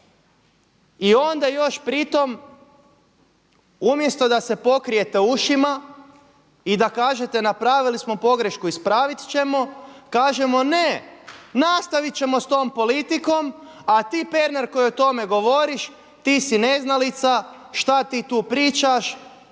I onda još pri tome, umjesto da se pokrijete ušima i da kažete napravili smo pogrešku, ispraviti ćemo, kažemo ne, nastaviti ćemo s tom politikom a ti Pernar koji o tome govoriš ti si neznalica, šta ti tu pričaš